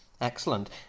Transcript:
Excellent